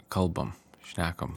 kalbam šnekam